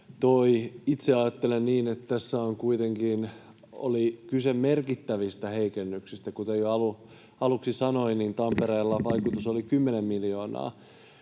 Itse ajattelen niin, että tässä kuitenkin oli kyse merkittävistä heikennyksistä. Kuten jo aluksi sanoin, niin Tampereella vaikutus oli 10 miljoonaa.